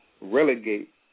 relegate